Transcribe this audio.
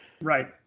right